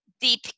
deep